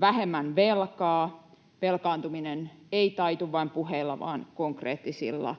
Vähemmän velkaa: Velkaantuminen ei taitu vain puheilla vaan konkreettisilla